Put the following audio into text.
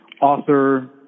author